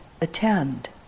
attend